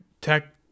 tech